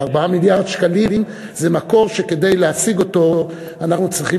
ו-4 מיליארד שקלים זה מקור שכדי להשיג אותו אנחנו צריכים